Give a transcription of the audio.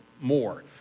more